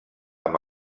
amb